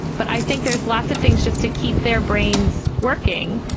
but i think there's lots of things just to keep their brains working.